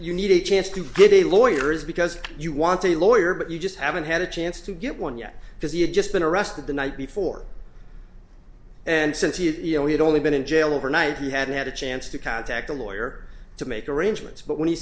you need a chance to get a lawyer is because you want a lawyer but you just haven't had a chance to get one yet because he had just been arrested the night before and since he you know had only been in jail overnight you hadn't had a chance to contact a lawyer to make arrangements but when he